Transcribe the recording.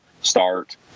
start